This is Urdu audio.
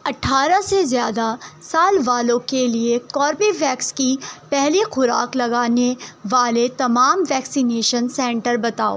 اٹھارہ سے زیادہ سال والوں کے لیے کوربیویکس کی پہلی خوراک لگانے والے تمام ویکسینیشن سنٹر بتاؤ